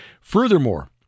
Furthermore